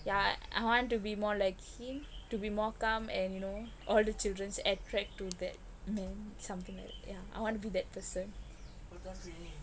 ya I want to be more like him to be more calm and you know all the childrens attract too that man something like ya I want to be that person